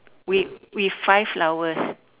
with with five flowers